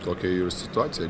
tokia jų ir situacija